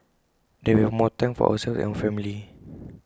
then we have more time for ourselves and our family